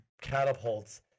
catapults